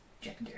gender